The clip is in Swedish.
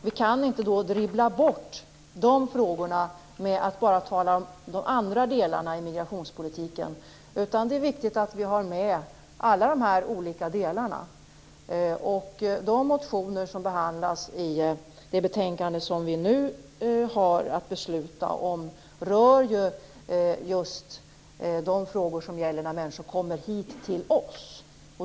Vi kan inte dribbla bort de frågorna med att bara tala om de andra delarna i migrationspolitiken. Det är viktigt att vi har med alla de olika delarna. De motioner som behandlas i det betänkande som vi nu har att besluta om rör just de frågor som gäller när människor kommer hit till oss.